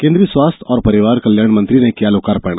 केन्द्रीय स्वास्थ्य और परिवार कल्याण मंत्री ने किया लोकार्पण